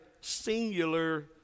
singular